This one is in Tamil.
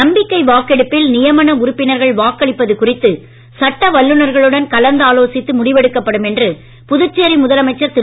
நம்பிக்கை வாக்கெடுப்பில் நியமன உறுப்பினர்கள் வாக்களிப்பது குறித்து சட்ட வல்லுனர்களுடன் கலந்து ஆலோசித்து முடிவெடுக்கப்படும் என்று புதுச்சேரி முதலமைச்சர் திரு